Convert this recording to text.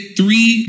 three